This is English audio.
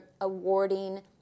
awarding